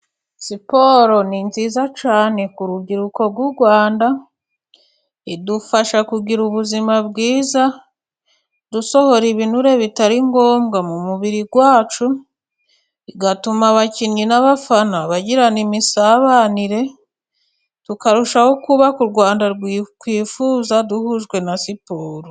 Siporo ni nziza cyane ku rubyiruko rw'u Rwanda, idufasha kugira ubuzima bwiza dusohora ibinure bitari ngombwa mu mubiri wacu. Igatuma abakinnyi n'abafana bagirana imisabanire tukarushaho kubaka u Rwanda twifuza duhujwe na siporo.